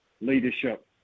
leadership